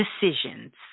decisions